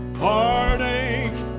heartache